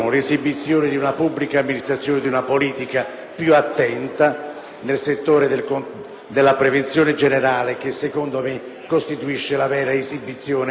nel settore della prevenzione generale, che secondo me costituisce la vera esibizione dell'intelligenza investigativa. La prevenzione generale